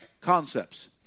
concepts